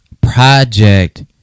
project